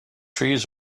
trees